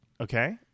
Okay